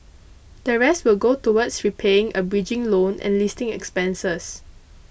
the rest will go towards repaying a bridging loan and listing expenses